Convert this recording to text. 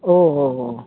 او ہو ہو